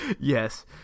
Yes